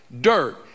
dirt